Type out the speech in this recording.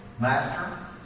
master